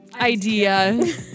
Idea